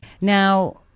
Now